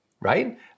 right